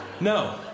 No